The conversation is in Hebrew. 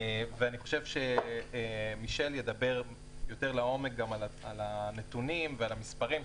אני חושב שמישל ידבר יותר לעומק על הנתונים ועל המספרים,